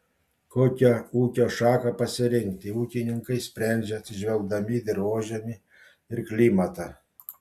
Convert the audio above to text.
kokią ūkio šaką pasirinkti ūkininkai sprendžia atsižvelgdami į dirvožemį ir klimatą